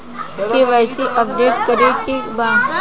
KYC update करे के बा?